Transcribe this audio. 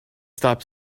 stop